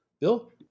Bill